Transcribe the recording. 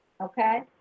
okay